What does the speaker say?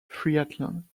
triathlon